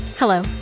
Hello